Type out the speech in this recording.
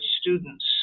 students